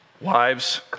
wives